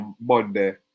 Monday